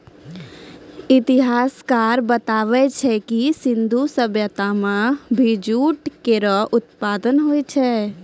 इतिहासकार बताबै छै जे सिंधु सभ्यता म भी जूट केरो उत्पादन होय छलै